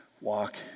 walk